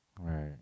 Right